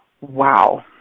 Wow